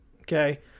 okay